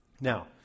Now